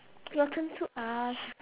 your turn to ask